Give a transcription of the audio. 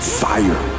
fire